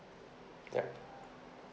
ya